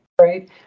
right